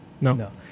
No